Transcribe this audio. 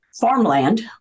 farmland